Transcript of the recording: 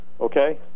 okay